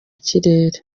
kirere